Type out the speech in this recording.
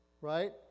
right